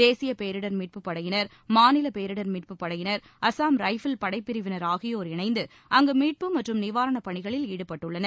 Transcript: தேசிய பேரிடர் மீட்பு படையினர் மாநில பேரிடர் மீட்பு படையினர் அசாம் ரைபிள் படைப்பிரிவினர் ஆகியோர் இணைந்து அங்கு மீட்பு மற்றும் நிவாரண பணிகளில் ஈடுபட்டுள்ளனர்